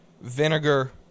vinegar